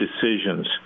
decisions